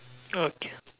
okay